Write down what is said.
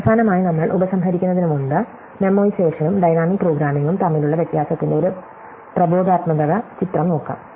അവസാനമായി നമ്മൾ ഉപസംഹരിക്കുന്നതിനുമുമ്പ് മേമ്മോയിസേഷേനും ഡൈനാമിക് പ്രോഗ്രാമിംഗും തമ്മിലുള്ള വ്യത്യാസത്തിന്റെ ഒരു പ്രബോധനാത്മക ചിത്രം നോക്കാം